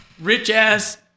rich-ass